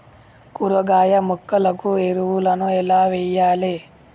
కూరగాయ మొక్కలకు ఎరువులను ఎలా వెయ్యాలే?